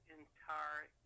entire